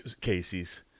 Casey's